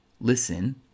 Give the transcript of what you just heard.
listen